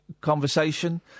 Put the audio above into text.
conversation